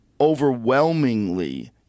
overwhelmingly